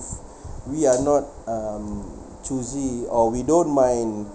we are not um choosy or we don't mind